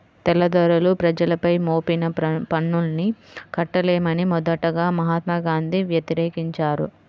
తెల్లదొరలు ప్రజలపై మోపిన పన్నుల్ని కట్టలేమని మొదటగా మహాత్మా గాంధీ వ్యతిరేకించారు